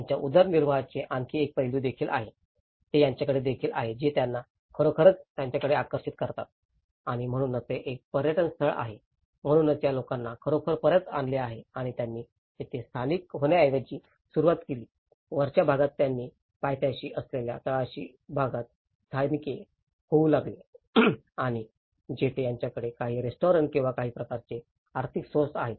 त्यांच्या उदरनिर्वाहाचे आणखी एक पैलू देखील आहेत जे त्यांच्याकडे देखील आहेत जे त्यांना खरोखरच त्याकडे आकर्षित करतात आणि म्हणूनच ते एक पर्यटन स्थळ आहे म्हणूनच या लोकांना खरोखर परत आणले आहे आणि त्यांनी तिथे स्थायिक होण्याऐवजी सुरुवात केली वरच्या भागात त्यांनी पायथ्याशी असलेल्या तळाशी भागात स्थायिक होऊ लागले आणि जेथे त्यांच्याकडे काही रेस्टॉरंट किंवा काही प्रकारचे आर्थिक स्रोत आहेत